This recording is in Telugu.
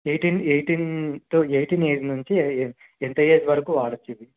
ఎయిటీన్ ఎయిటీన్తో ఎయిటీన్ ఏజ్ నుంచి ఎంత ఏజ్ వరకు వాడవచ్చు ఇవి